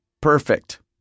Perfect